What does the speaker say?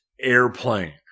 Airplane